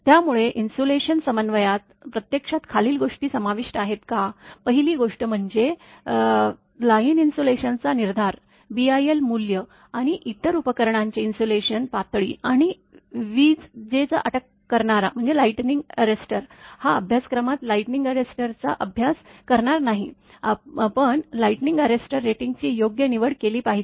त्यामुळे इन्सुलेशन समन्वयात प्रत्यक्षात खालील गोष्टी समाविष्ट आहेत का पहिली गोष्ट म्हणजे लाईन इन्सुलेशनचा निर्धार बीआयएल मूल्य आणि इतर उपकरणांची इन्सुलेशन पातळी आणि विजे अटक करणारा लाइटनिंग अरेस्टर या अभ्यासक्रमात लाइटनिंग अरेस्टर चा अभ्यास करणार नाही पण लाइटनिंग अरेस्टर रेटिंग ची योग्य निवड केली पाहिजे